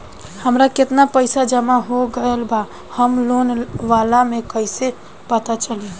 हमार केतना पईसा जमा हो गएल बा होम लोन वाला मे कइसे पता चली?